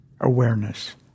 awareness